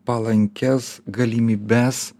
palankias galimybes